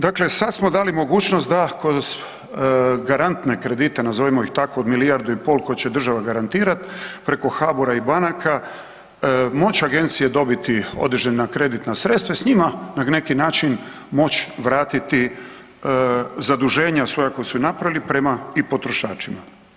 Dakle, sad smo dali mogućnost da kod garantne kredite nazovimo ih tako od milijardu i pol koje će država garantirati preko HABOR-a i banaka moći agencije dobiti određena kreditna sredstva i s njima na neki način moći vratiti zaduženja svoja koja su napravili prema i potrošačima.